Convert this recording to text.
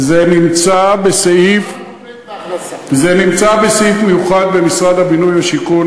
זה נמצא בסעיף מיוחד בתקציב משרד הבינוי והשיכון.